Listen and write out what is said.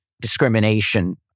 discrimination